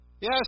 Yes